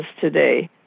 today